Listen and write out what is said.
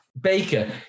Baker